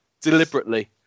deliberately